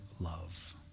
love